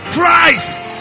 Christ